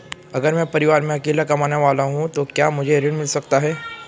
अगर मैं परिवार में अकेला कमाने वाला हूँ तो क्या मुझे ऋण मिल सकता है?